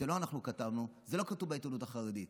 זה לא אנחנו כתבנו, זה לא כתוב בעיתונות החרדית.